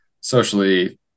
socially